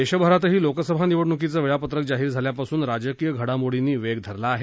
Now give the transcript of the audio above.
देशभरातही लोकसभा निवडणुकीचं वेळापत्रक जाहीर झाल्यापासून राजकीय घडामोडींनी वेग धरला आहे